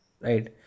Right